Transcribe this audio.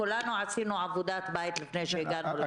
כולנו עשינו עבודת בית לפני שהגענו לישיבה.